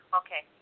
okay